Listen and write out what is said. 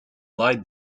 lied